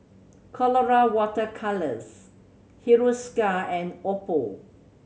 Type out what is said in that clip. Colora Water Colours Hiruscar and Oppo